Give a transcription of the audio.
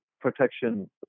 protection